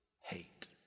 hate